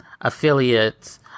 affiliates